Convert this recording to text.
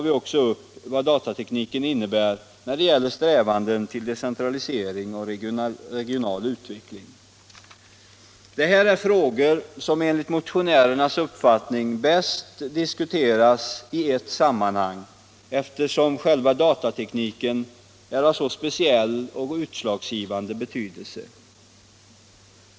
Vad datatekniken innebär när det gäller strävanden till decentralisering och regional utveckling. Det här är frågor som enligt motionärernas uppfattning bäst diskuteras i ett sammanhang, eftersom själva datatekniken är av så speciell och utslagsgivande betydelse.